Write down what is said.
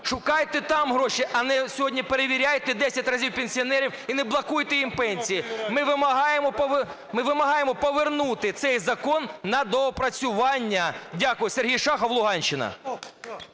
Шукайте там гроші. А не сьогодні перевіряйте десять разів пенсіонерів і не блокуйте їм пенсії. Ми вимагаємо повернути цей закон на доопрацювання. Дякую. Сергій Шахов, Луганщина.